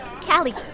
Callie